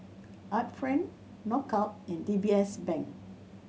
Art Friend Knockout and D B S Bank